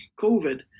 covid